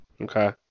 Okay